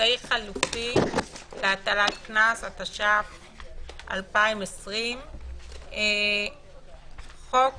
(אמצעי חלופי להטלת קנס), התש"ף 2020. חוק